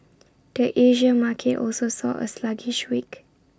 the Asia market also saw A sluggish week